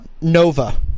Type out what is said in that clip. Nova